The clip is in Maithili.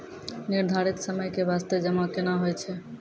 निर्धारित समय के बास्ते जमा केना होय छै?